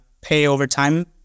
pay-over-time